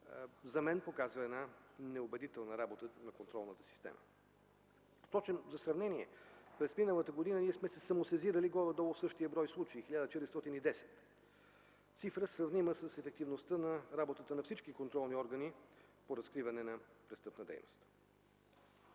за мен показва една неубедителна работа на контролната система. За сравнение, през миналата година ние сме се самосезирали горе-долу в същия брой случаи – 1410. Цифра, сравнима с ефективността на работата на всички контролни органи по разкриване на престъпна дейност.